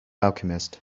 alchemists